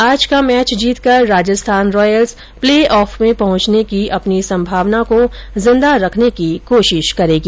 आज का मैच जीतकर राजस्थान रॉयल्स प्ले ऑफ में पहुंचने की अपनी संभावना को जिंदा रखने की कोशिश करेगी